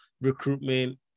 recruitment